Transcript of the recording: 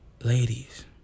Ladies